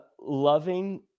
loving